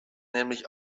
nämlich